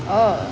oh